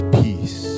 peace